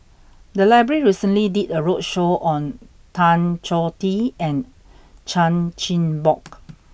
the library recently did a roadshow on Tan Choh Tee and Chan Chin Bock